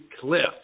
Cliff